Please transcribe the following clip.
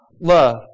love